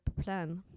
plan